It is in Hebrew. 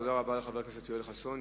תודה רבה לחבר הכנסת יואל חסון.